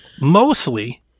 mostly